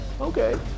Okay